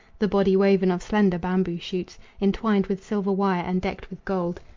the body woven of slender bamboo shoots intwined with silver wire and decked with gold.